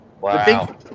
wow